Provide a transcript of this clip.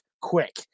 quick